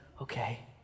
Okay